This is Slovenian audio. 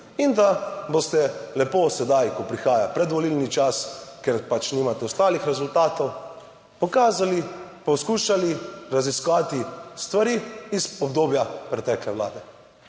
in da boste lepo sedaj, ko prihaja predvolilni čas, ker pač nimate ostalih rezultatov, pokazali, poskušali raziskovati stvari iz obdobja pretekle vlade.